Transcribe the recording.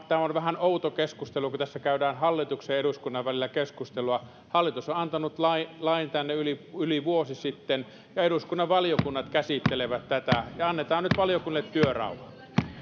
tämä on vähän outo keskustelu kun tässä käydään hallituksen ja eduskunnan välillä keskustelua hallitus on antanut lain lain tänne yli yli vuosi sitten ja eduskunnan valiokunnat käsittelevät tätä annetaan nyt valiokunnille työrauha